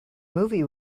movie